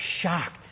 shocked